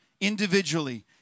individually